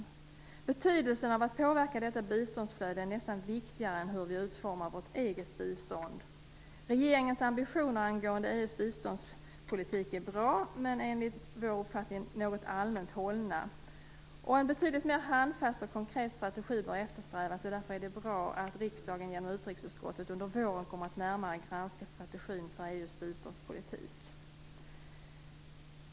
Möjligheten att påverka detta biståndsflöde är nästan viktigare än hur vi utformar vårt eget bistånd. Regeringens ambitioner angående EU:s biståndspolitik är bra, men enligt vår uppfattning något allmänt hållna. En betydligt mer handfast och konkret strategi bör eftersträvas. Därför är det bra att riksdagen genom utrikesutskottet under våren kommer att närmare granska strategin för EU:s biståndspolitik.